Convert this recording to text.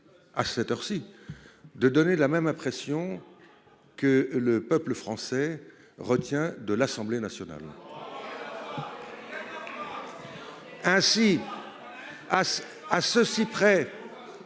À cette heure-ci. De donner la même impression que le peuple français retient de l'Assemblée nationaux. Ainsi. Ah. À ceci près.